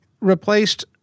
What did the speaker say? replaced